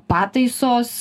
pataisos su